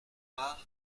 part